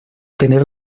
tener